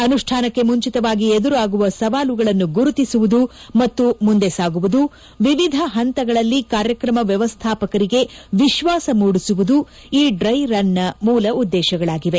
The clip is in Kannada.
ಅನುಷ್ಯಾನಕ್ಕೆ ಮುಂಚಿತವಾಗಿ ಎದುರಾಗುವ ಸವಾಲುಗಳನ್ನು ಗುರುತಿಸುವುದು ಮತ್ತು ಮುಂದೆ ಸಾಗುವುದು ವಿವಿಧ ಪಂತಗಳಲ್ಲಿ ಕಾರ್ಯಕ್ರಮ ವ್ಯವಸ್ಥಾಪಕರಿಗೆ ವಿಶ್ವಾಸ ಮೂಡಿಸುವುದು ಈ ಡ್ರೈ ರನ್ ಮೂಲ ಉದ್ದೇಶಗಳಾಗಿವೆ